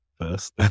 first